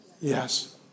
yes